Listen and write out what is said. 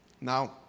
Now